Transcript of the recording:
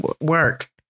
work